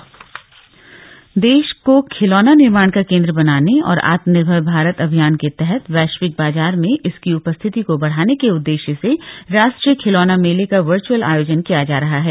खिलौना मेला देश को खिलौना निर्माण का केन्द्र बनाने और आत्मनिर्भर भारत अभियान के तहत वैश्विक बाजार में इसकी उपस्थिति को बढ़ाने के उददेश्य से राष्ट्रीय खिलौना मेले का वर्च्अल आयोजन किया जा रहा है